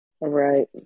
right